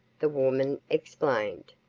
the woman explained.